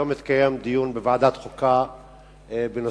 היום התקיים דיון בוועדת החוקה בנושא